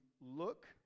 look